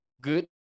good